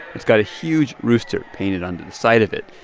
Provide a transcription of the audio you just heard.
it's got a huge rooster painted onto the side of it.